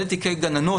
אלה תיקי גננות,